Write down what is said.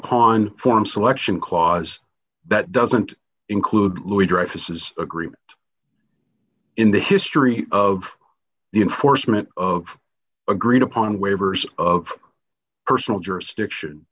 upon form selection clause that doesn't include louis dreyfus is agreement in the history of the enforcement of agreed upon waivers of personal jurisdiction